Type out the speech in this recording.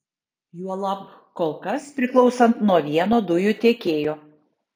juolab kol kas priklausant nuo vieno dujų tiekėjo